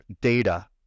data